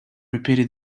repeated